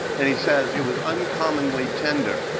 and he says, it was uncommonly tender.